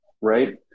right